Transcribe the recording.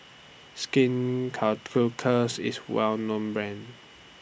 Skin Ceuticals IS A Well known Brand